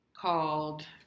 called